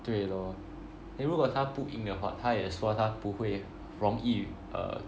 对 lor then 如果他不赢的话他也说他不会容易 err